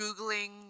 Googling